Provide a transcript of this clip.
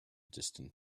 distant